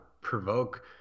provoke